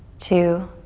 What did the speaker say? two,